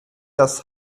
das